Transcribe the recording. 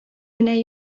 генә